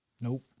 Nope